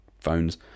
phones